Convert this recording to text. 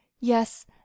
Yes